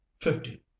fifty